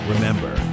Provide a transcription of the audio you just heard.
Remember